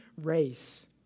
race